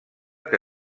que